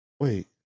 Wait